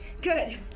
Good